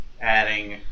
adding